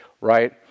right